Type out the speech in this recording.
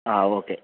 ആ ഓക്കെ